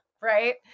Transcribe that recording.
Right